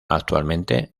actualmente